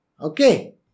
Okay